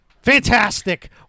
fantastic